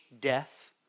death